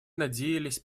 надеялись